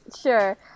Sure